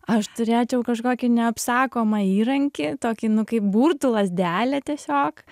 aš turėčiau kažkokį neapsakomą įrankį tokį nu kaip burtų lazdelę tiesiog